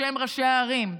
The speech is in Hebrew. בשם ראשי הערים,